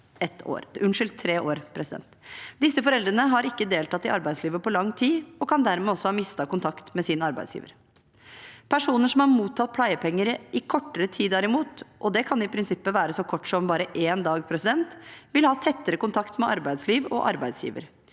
minst tre år. Disse foreldrene har ikke deltatt i arbeidslivet på lang tid, og kan dermed også ha mistet kontakt med sin arbeidsgiver. Personer som derimot har mottatt pleiepenger i kortere tid – og det kan i prinsippet være så kort som bare én dag – vil ha tettere kontakt med arbeidsliv og arbeidsgiver.